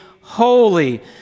holy